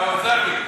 אתה עוזר לי.